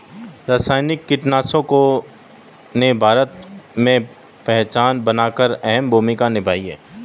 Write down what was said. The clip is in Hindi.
रासायनिक कीटनाशकों ने भारत में पहचान बनाकर अहम भूमिका निभाई है